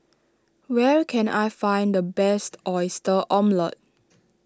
where can I find the best Oyster Omelette